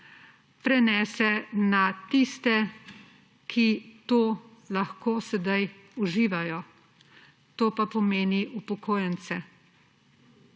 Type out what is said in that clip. prenese na tiste, ki to lahko sedaj uživajo, to pa pomeni upokojence.